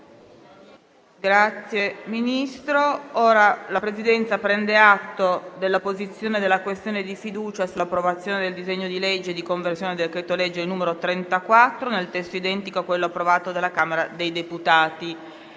nuova finestra"). La Presidenza prende atto della posizione della questione di fiducia sull'approvazione del disegno di legge di conversione del decreto-legge n. 34, nel testo identico a quello approvato dalla Camera dei deputati.